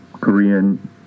Korean